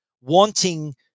wanting